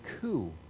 coup